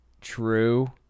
true